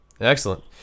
Excellent